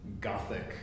gothic